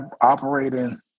operating